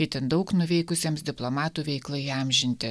itin daug nuveikusiems diplomatų veiklai įamžinti